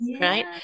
right